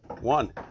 One